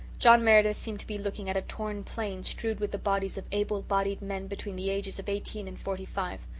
john meredith seemed to be looking at a torn plain strewed with the bodies of able-bodied men between the ages of eighteen and forty-five.